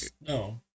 no